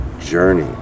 journey